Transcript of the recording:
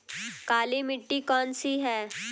काली मिट्टी कौन सी है?